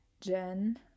Jen